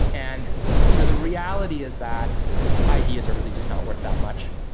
and you know the reality is that ideas are really just not worth that much.